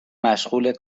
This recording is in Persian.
مشغول